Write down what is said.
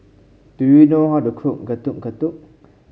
do you know how to cook Getuk Getuk